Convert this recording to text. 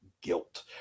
guilt